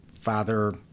father